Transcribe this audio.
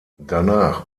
danach